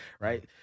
Right